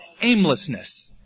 aimlessness